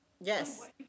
yes